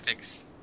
graphics